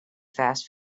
fast